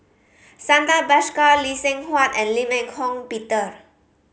Santha Bhaskar Lee Seng Huat and Lim Eng Hock Peter